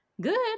good